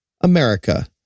america